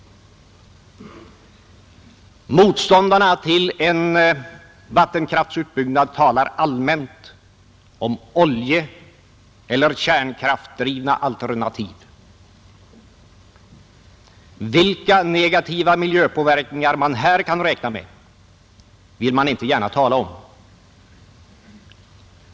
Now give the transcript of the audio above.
Motståndarna till en vattenkraftsutbyggnad talar allmänt om oljeeller kärnkraftdrivna alternativ. Vilka negativa miljöpåverkningar man här kan räkna med vill man inte gärna tala om.